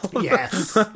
yes